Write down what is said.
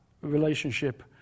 relationship